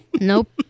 Nope